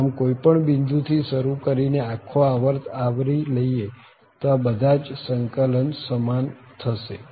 આમ કોઈ પણ બિંદુ થી શરુ કરીને આખો આવર્ત આવરી લઈએ તો આ બધા જ સંકલન સમાન થશે